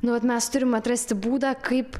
nu vat mes turime atrasti būdą kaip